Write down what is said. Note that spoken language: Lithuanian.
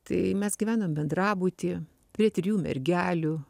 tai mes gyvenom bendrabuty prie trijų mergelių